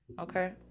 Okay